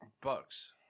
Bucks